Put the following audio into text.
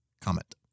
comment